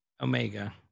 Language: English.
Omega